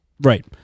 Right